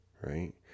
right